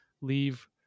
leave